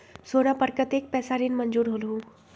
सोना पर कतेक पैसा ऋण मंजूर होलहु?